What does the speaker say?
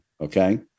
Okay